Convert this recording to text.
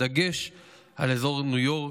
בדגש על אזור ניו יורק,